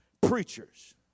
preachers